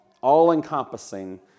all-encompassing